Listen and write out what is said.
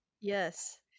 Yes